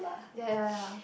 ya ya ya